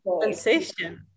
sensation